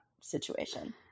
situation